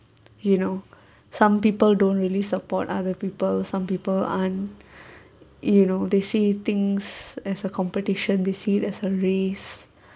you know some people don't really support other people some people aren't you know they see things as a competition they see as a race